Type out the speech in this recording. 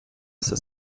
вся